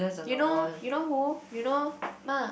you know you know who you know ma